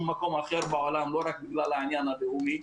מקום אחר בעולם ולא רק בגלל העניין הרפואי,